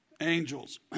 angels